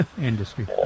industry